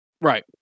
Right